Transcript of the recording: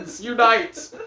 unite